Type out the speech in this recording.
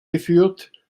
geführt